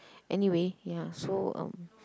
anyway ya so um